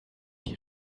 die